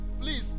please